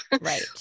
Right